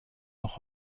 noch